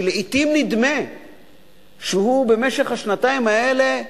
שלעתים נדמה שבמשך השנתיים האלה נותן,